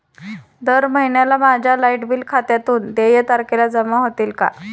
दर महिन्याला माझ्या लाइट बिल खात्यातून देय तारखेला जमा होतील का?